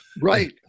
right